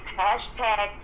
hashtag